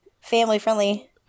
family-friendly